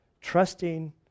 trusting